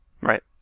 right